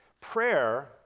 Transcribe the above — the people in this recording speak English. prayer